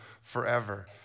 forever